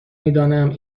میدانم